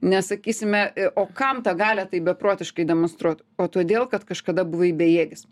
nes sakysime o kam tą galią taip beprotiškai demonstruot o todėl kad kažkada buvai bejėgis